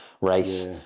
race